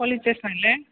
police സ്റ്റേഷനല്ലേ